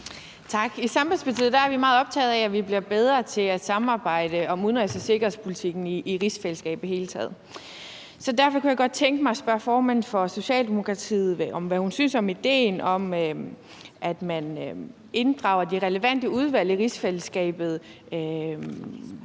Tak. I Sambandspartiet er vi meget optaget af, at vi bliver bedre til at samarbejde om udenrigs- og sikkerhedspolitikken i rigsfællesskabet i det hele taget. Så derfor kunne jeg godt tænke mig at spørge formanden for Socialdemokratiet om, hvad hun synes om idéen om, at man inddrager de relevante udvalg i rigsfællesskabet